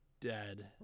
dead